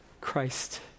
Christ